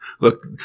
Look